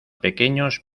pequeños